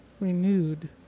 renewed